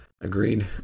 Agreed